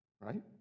right